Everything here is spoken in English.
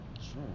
sure